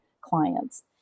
clients